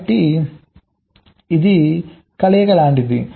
కాబట్టి ఇది కలయిక లాంటిది